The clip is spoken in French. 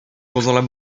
causant